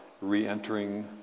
re-entering